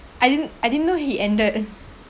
I didn't I didn't know he ended